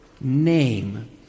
name